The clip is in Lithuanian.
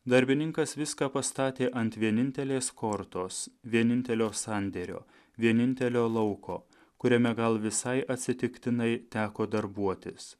darbininkas viską pastatė ant vienintelės kortos vienintelio sandėrio vienintelio lauko kuriame gal visai atsitiktinai teko darbuotis